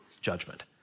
judgment